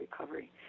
recovery